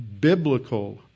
biblical